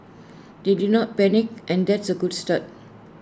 they did not panic and that's A good start